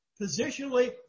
Positionally